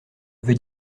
veut